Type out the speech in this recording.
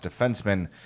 defensemen